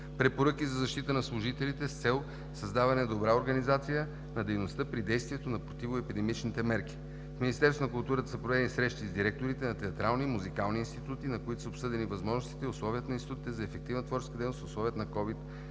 препоръки за защита на служителите с цел създаване добра организация на дейността при действието на противоепидемичните мерки. В Министерството на културата са проведени срещи с директорите на театралните и музикалните институти, на които са обсъдени възможностите и условията за ефективна творческа дейност в условията на COVID-19.